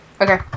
Okay